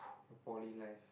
your poly life